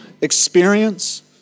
experience